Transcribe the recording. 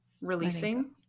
releasing